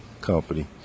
Company